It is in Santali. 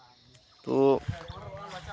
ᱛᱳ